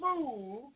move